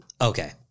Okay